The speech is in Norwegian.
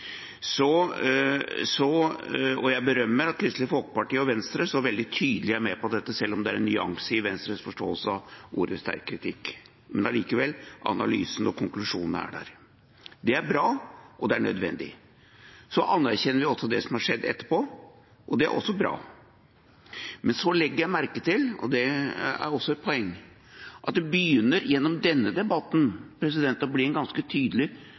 Så anerkjenner vi også det som er skjedd etterpå, og det er også bra. Men så legger jeg merke til, og det er også et poeng, at det begynner gjennom denne debatten å bli en ganske tydelig